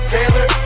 Taylor